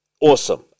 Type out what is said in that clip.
awesome